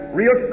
real